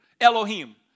Elohim